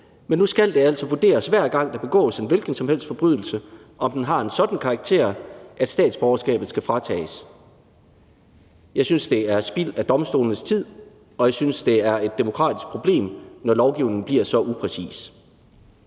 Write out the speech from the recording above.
men nu skal det altså vurderes, hver gang der begås en hvilken som helst forbrydelse, om den har en sådan karakter, at statsborgerskabet skal fratages. Jeg synes, det er spild af domstolenes tid, og jeg synes, det er et demokratisk problem, når lovgivningen bliver så upræcis.